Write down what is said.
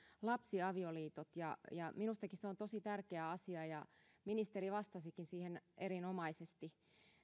lapsiavioliitot minustakin se on tosi tärkeä asia ja ministeri vastasikin siihen erinomaisesti